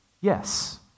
yes